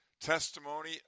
testimony